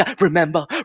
remember